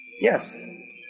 yes